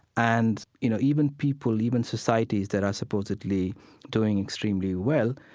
and, you know, even people, even societies that are supposedly doing extremely well,